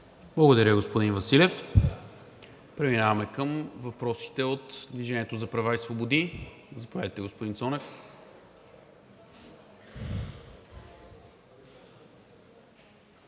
Благодаря, господин Василев. Преминаваме към въпросите от „Движение за права и свободи“. Заповядайте, господин Цонев.